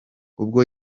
ubwo